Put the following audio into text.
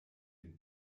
den